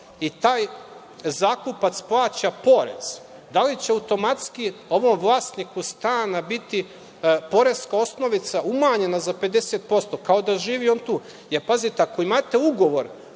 i taj zakupac plaća porez, da li će automatski ovom vlasniku stana biti poreska osnovica umanjena za 50% kao da živi on tu? Jer, pazite, ako imate ugovor